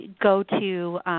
go-to